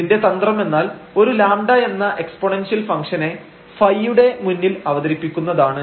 ഇതിന്റെ തന്ത്രം എന്നാൽ ഒരു λ എന്ന എക്സ്പൊണെൻഷ്യൽ ഫംഗ്ഷനെ ɸ യുടെ മുന്നിൽ അവതരിപ്പിക്കുന്നതാണ്